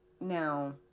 now